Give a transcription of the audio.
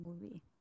movie